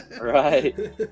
right